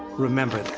remember